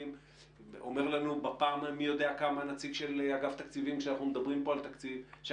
אומר לנו הנציג של אגף התקציבים שאנחנו מדברים כאן על תקציב כאשר